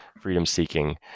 freedom-seeking